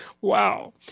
Wow